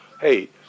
Hey